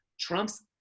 Trump's